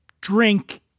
drink